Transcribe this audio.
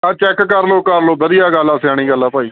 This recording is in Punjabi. ਆ ਚੈੱਕ ਕਰ ਲਓ ਕਰ ਲਓ ਵਧੀਆ ਗੱਲ ਆ ਸਿਆਣੀ ਗੱਲ ਆ ਭਾਈ